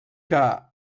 que